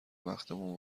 بختمون